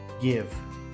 give